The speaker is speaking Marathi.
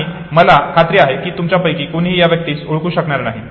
आणि मला खात्री आहे की तुमच्यापैकी कोणीही त्या व्यक्तीस ओळखू शकणार नाही